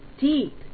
deep